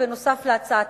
נוסף על הצעתי,